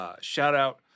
shout-out